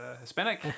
Hispanic